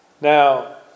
Now